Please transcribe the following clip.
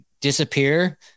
disappear